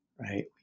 right